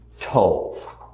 Tov